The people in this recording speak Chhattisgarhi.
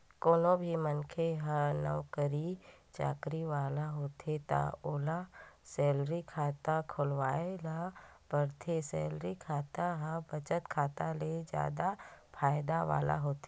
कोनो भी मनखे ह नउकरी चाकरी वाला होथे त ओला सेलरी खाता खोलवाए ल परथे, सेलरी खाता ह बचत खाता ले जादा फायदा वाला होथे